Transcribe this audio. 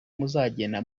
muzagenda